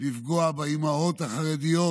ולפגוע באימהות החרדיות